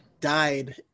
died